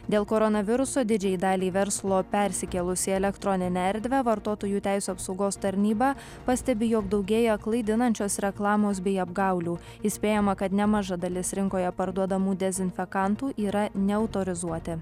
dėl koronaviruso didžiajai daliai verslo persikėlus į elektroninę erdvę vartotojų teisių apsaugos tarnyba pastebi jog daugėja klaidinančios reklamos bei apgaulių įspėjama kad nemaža dalis rinkoje parduodamų dezinfekantų yra neautorizuoti